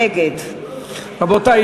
נגד רבותי,